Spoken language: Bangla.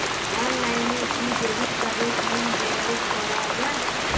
অনলাইনে কি ডেবিট কার্ডের পিন জেনারেট করা যায়?